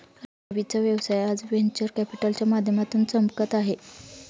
रवीचा व्यवसाय आज व्हेंचर कॅपिटलच्या माध्यमातून चमकत आहे